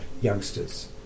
youngsters